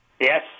Yes